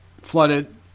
flooded